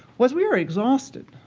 was we were exhausted.